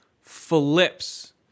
flips